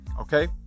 Okay